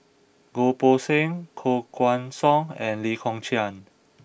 Goh Poh Seng Koh Guan Song and Lee Kong Chian